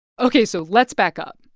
ok, so let's back up.